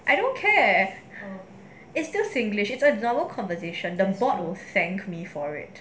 I don't care if it's still singlish is a normal conversation the board will thank me for it